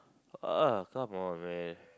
uh come on man